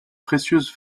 précieuse